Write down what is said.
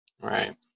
Right